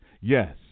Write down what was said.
Yes